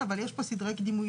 בהריון, אבל יש פה סדרי קדימויות.